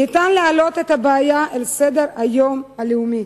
ניתן להעלות את הבעיה על סדר-היום הלאומי,